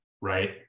right